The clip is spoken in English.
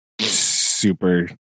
super